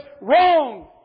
wrong